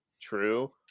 true